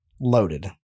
Loaded